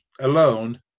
alone